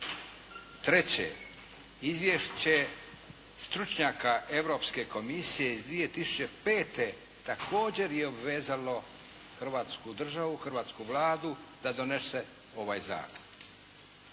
Treće, izvješće stručnjaka Europske komisije iz 2005. također je obvezalo Hrvatsku državu, hrvatsku Vladu da donese ovaj zakon.